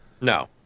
No